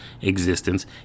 existence